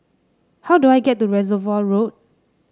how do I get to Reservoir Road